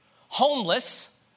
homeless